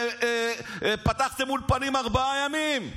פתחתם אולפנים ארבעה ימים,